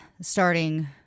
starting